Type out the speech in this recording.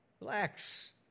Relax